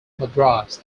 madras